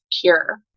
cure